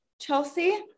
Chelsea